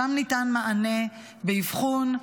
שם ניתן מענה באבחון,